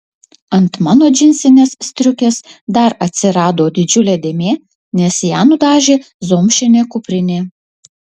ant mano džinsinės striukės dar atsirado didžiulė dėmė nes ją nudažė zomšinė kuprinė